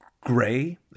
Gray